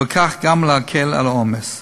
ובכך גם להקל על העומס.